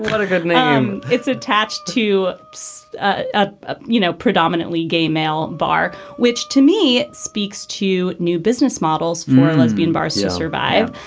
but a good name it's attached to so a ah you know predominantly gay male bar, which to me speaks to new business models for lesbian bars to survive.